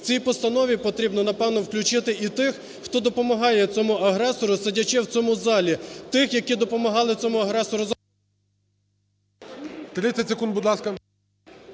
В цій постанові потрібно, напевне, включити і тих, хто допомагає цьому агресору, сидячи в цьому залі, тих, які допомагали цьому агресору…